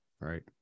right